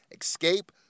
Escape